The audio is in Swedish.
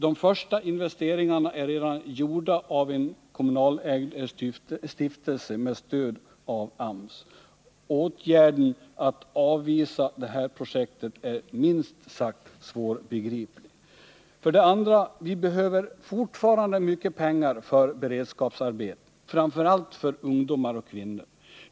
De första investeringarna är redan gjorda av en kommunalägd stiftelse med stöd av AMS. Åtgärden att avvisa det projektet är minst sagt svårbegriplig. 2. Vi behöver fortfarande mycket pengar för beredskapsarbeten, framför allt för ungdomar och kvinnor.